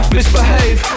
Misbehave